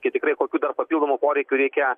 tikrai kokių dar papildomų poreikių reikia